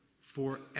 forever